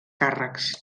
càrrecs